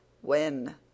When